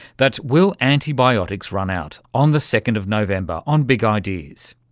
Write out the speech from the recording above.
that's will antibiotics run out? on the second of november on big ideas.